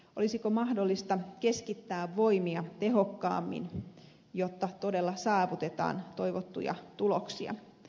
olisiko mahdollista keskittää voimia tehokkaammin jotta todella saavutetaan toivottuja tuloksia